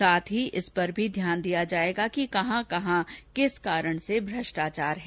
साथ ही इस पर भी ध्यान दिया जायेगा कि कहा कि कहा किस किस कारण से भ्रष्टाचार है